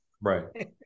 Right